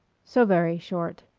so very short.